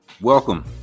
Welcome